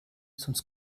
sonst